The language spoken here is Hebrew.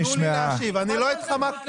אני מנסה להשיב לזה ואתם לא נותנים לי לדבר.